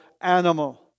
animal